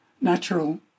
natural